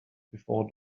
before